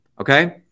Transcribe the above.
Okay